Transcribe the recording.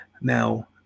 Now